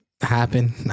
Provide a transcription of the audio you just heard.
happen